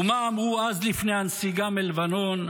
ומה אמרו אז, לפני הנסיגה מלבנון?